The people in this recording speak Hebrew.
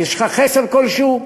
ויש לך חסר כלשהו,